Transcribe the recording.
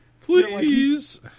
Please